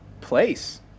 place